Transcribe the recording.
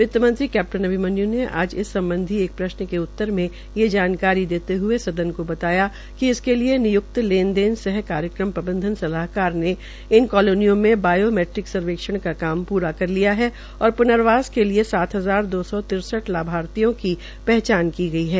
वित्तमंत्री कैप्टन अभिमन्य् ने आज इस सम्बधी एक प्रश्न के उत्तर में ये जानकारी देते हए सदन को बताया कि इसके लिए निय्क्त लेन देन सह कार्यक्रम प्रबंधन सलाहकार ने इन कॉलोनियों में बायोमैट्रिक सर्वेक्षण का काम प्रा कर लिया है और पूर्नवास के लिए सात हजार दो सौ तिरसठ लाभार्थियों की पहचान की गई है